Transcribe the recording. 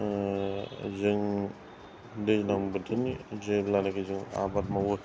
जों दैज्लां बोथोरनि जेब्लानोखि जों आबाद मावो